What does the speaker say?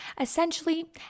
Essentially